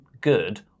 good